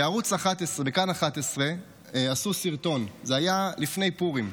בערוץ כאן 11 עשו סרטון, זה היה לפני פורים,